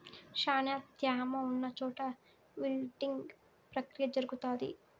శ్యానా త్యామ ఉన్న చోట విల్టింగ్ ప్రక్రియ జరుగుతాది